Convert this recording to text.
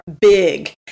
big